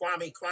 Kwame